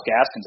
Gaskin's